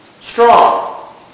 strong